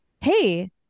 Hey